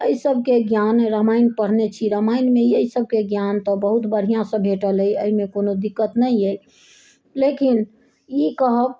एहिसभके ज्ञान रामायण पढ़ने छी रामायणमे एहिसभके ज्ञान तऽ बहुत बढ़िआँसँ भेटल अइ एहिमे कोनो दिक्कत नहि अइ लेकिन ई कहब